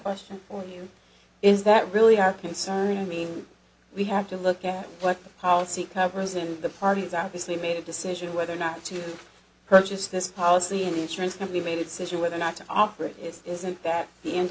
question for you is that really are concerned i mean we have to look at what the policy covers and the parties obviously made a decision whether or not to purchase this policy an insurance company made a decision whether or not to operate it isn't that the end